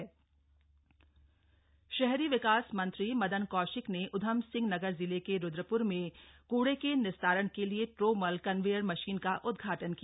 conveyor machine उदघाटन शहरी विकास मंत्री मदन कौशिक ने उधम सिंह नगर जिले के रुद्रपुर में कुड़े के निस्तारण के लिए ट्रोमल कन्वेयर मशीन का उदघाटन किया